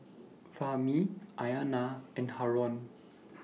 Fahmi Aina and Haron